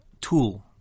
tool